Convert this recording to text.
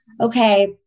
okay